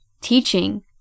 teaching